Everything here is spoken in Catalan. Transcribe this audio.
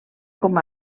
com